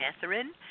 Catherine